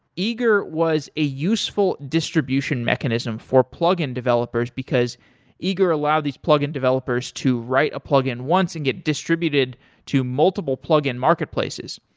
eager was a useful distribution mechanism for plug-in developers because eager allow these plug-in developers to write a plug-in once and get distributed to multiple plug-in marketplaces.